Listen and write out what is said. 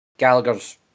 Gallagher's